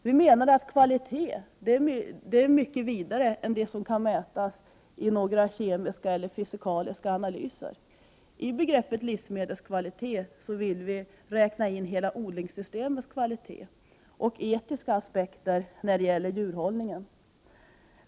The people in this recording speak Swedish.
Vi menar att kvalitet är något mycket vidare än det som kan mätas i några kemiska eller fysikaliska analyser. I begreppet livsmedelskvalitet vill vi lägga in hela odlingssystemets kvalitet och etiska aspekter när det gäller djurhållningen.